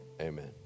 Amen